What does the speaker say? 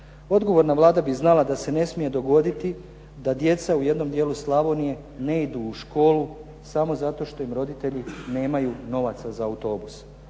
Odgovorna Vlada bi znala da se ne smije dogoditi da djeca u jednom dijelu Slavonije ne idu u školu samo zato što im roditelji nemaju novaca za autobus.